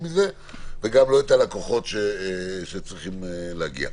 מזה וגם את הלקוחות שצריכים להגיע.